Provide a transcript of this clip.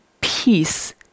peace